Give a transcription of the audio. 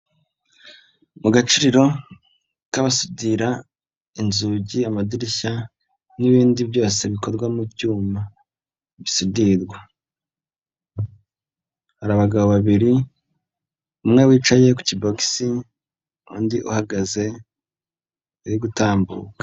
Mu gacuriro k'abasudira inzugi, amadirishya n'ibindi byose bikorwa mu byuma bisudirirwa, hari abagabo babiri, umwe wicaye ku kibogisi, undi uhagaze uri gutambuka.